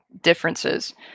differences